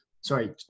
sorry